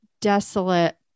desolate